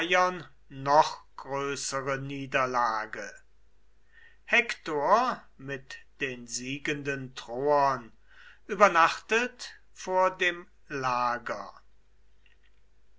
noch größere niederlage hektor mit den siegenden troern übernachtet vor dem lager